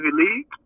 league